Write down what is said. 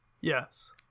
Yes